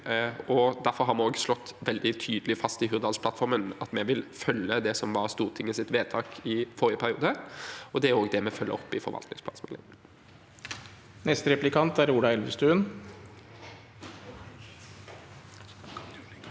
Derfor har vi slått veldig tydelig fast i Hurdalsplattformen at vi vil følge det som var Stortingets vedtak i forrige periode, og det er også det vi følger opp i forvaltningsplansammenheng.